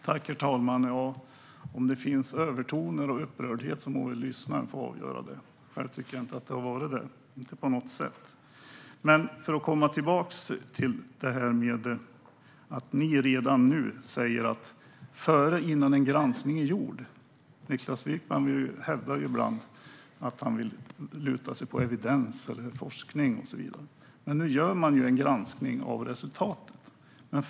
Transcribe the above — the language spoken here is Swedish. Herr talman! Om det finns övertoner och upprördhet får de som lyssnar avgöra. Själv tycker jag inte att det funnits det, på något sätt. För att komma tillbaka till det som ni säger redan nu, Niklas Wykman, innan en granskning gjorts, hävdar du ibland att du vill luta dig mot evidens, forskning och så vidare, men nu görs ju en granskning av resultatet.